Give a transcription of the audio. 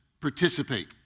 participate